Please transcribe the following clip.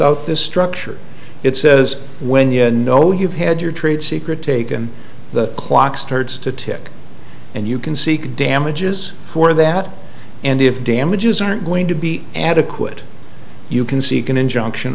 out this structure it says when you know you've had your trade secret taken the clock starts to tick and you can seek damages for that and if damages aren't going to be adequate you can seek an injunction